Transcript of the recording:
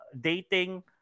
dating